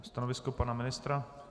Stanovisko pana ministra?